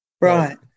Right